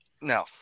No